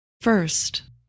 First